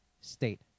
state